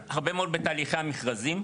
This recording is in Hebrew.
הרבה מאוד בתהליכי המכרזים.